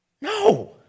No